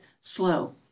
slow